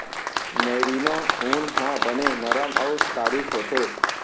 merino ऊन ह बने नरम अउ तारीक होथे